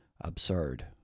absurd